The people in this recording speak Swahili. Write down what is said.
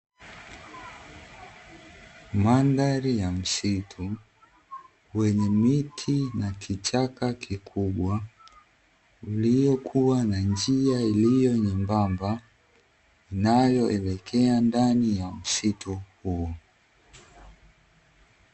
Mandhari ya msitu wenye miti na kichaka kikubwa, uliokuwa na njia iliyo nyembamba inayoelekea ndani ta msitu huo.